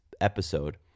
episode